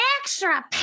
extra